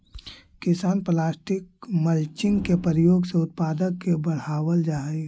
किसान plastic mulching के प्रयोग से उत्पादक के बढ़ावल जा हई